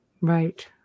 Right